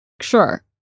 Sure